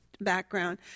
background